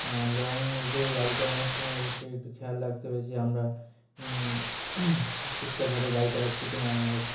long রুটে গাড়ি চালানোর সময় অবশ্যই একটু খেয়াল রাখতে হবে যে আমরা ঠিকঠাকভাবে গাড়ি চালাচ্ছি কি না আর